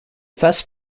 first